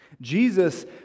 Jesus